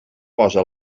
posa